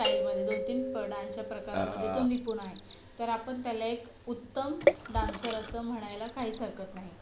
स्टाईलमध्ये दोन तीन डान्सच्या प्रकारामधे तो निपुण आहे तर आपण त्याला एक उत्तम डान्सर असं म्हणायला काहीच हरकत नाही